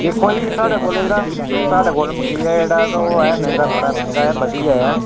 दिक्खो जी साढ़े कोल जेह्ड़ा साढ़े कोल मखीर ऐ जेह्ड़ा ते ओह् मैंह्गा थोह्ड़ा मैंह्गा ऐ बधिया ऐ